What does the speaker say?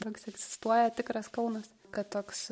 toks egzistuoja tikras kaunas kad toks